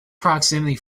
proximity